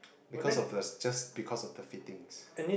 because of the just because of the fittings